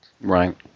Right